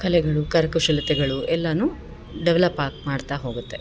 ಕಲೆಗಳು ಕರಕುಶಲತೆಗಳು ಎಲ್ಲ ಡೆವಲಪ್ ಆಗಿ ಮಾಡ್ತ ಹೋಗುತ್ತೆ